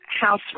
House